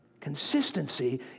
Consistency